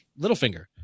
Littlefinger